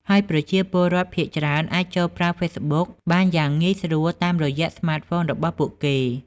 ហើយប្រជាពលរដ្ឋភាគច្រើនអាចចូលប្រើ Facebook បានយ៉ាងងាយស្រួលតាមរយៈស្មាតហ្វូនរបស់ពួកគេ។